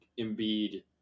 Embiid